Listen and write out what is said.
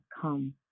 come